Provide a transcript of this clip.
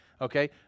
Okay